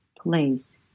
place